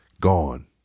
gone